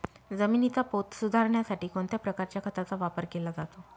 जमिनीचा पोत सुधारण्यासाठी कोणत्या प्रकारच्या खताचा वापर केला जातो?